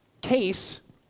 case